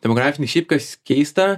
demografiniai šiaip kas keista